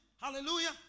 Hallelujah